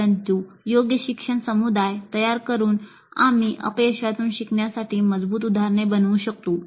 परंतु योग्य शिक्षण समुदाय तयार करून आम्ही अपयशातून शिकण्यासाठी मजबूत उदाहरण बनवू शकतो